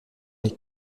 les